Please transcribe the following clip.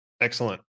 Excellent